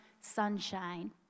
sunshine